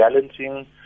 balancing